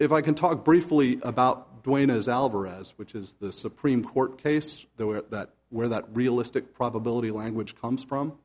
if i can talk briefly about doing as alvarez which is the supreme court case there were that where that realistic probability language comes from